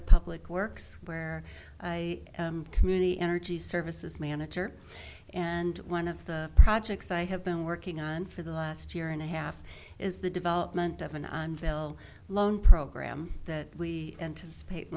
of public works where i community energy services manager and one of the projects i have been working on for the last year and a half is the development of an ville loan program that we anticipate